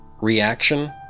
reaction